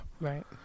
Right